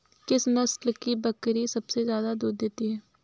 किस नस्ल की बकरी सबसे ज्यादा दूध देती है?